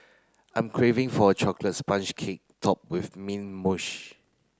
I am craving for a chocolate sponge cake topped with mint